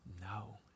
No